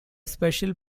special